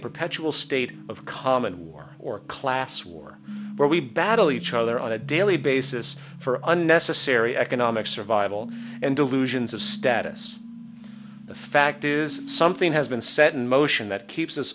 perpetual state of common war or class war where we battle each other on a daily basis for unnecessary economic survival and delusions of status the fact is something has been set in motion that keeps us